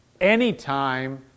anytime